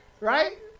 Right